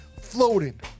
Floating